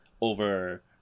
over